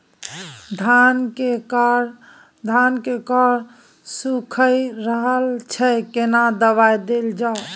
धान के कॉर सुइख रहल छैय केना दवाई देल जाऊ?